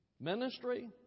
Ministry